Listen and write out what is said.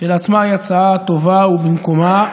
כשלעצמה היא הצעה טובה ובמקומה,